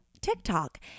TikTok